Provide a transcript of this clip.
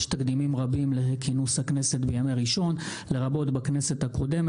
יש תקדימים רבים לכינוס הכנסת בימי ראשון לרבות בכנסת הקודמת.